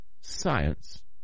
science